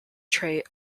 trait